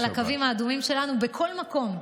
על הקווים האדומים שלנו בכל מקום.